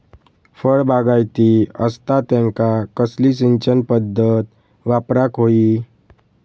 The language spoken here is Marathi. फळबागायती असता त्यांका कसली सिंचन पदधत वापराक होई?